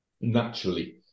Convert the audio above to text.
naturally